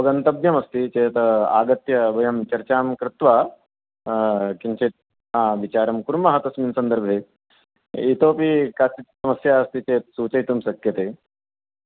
अवगन्तव्यमस्ति चेत् आगत्य वयं चर्चां कृत्वा किञ्चित् विचारं कुर्मः तस्मिन् सन्दर्भे इतोऽपि कापि समस्या अस्ति चेत् सूचयितुं शक्यते